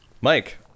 Mike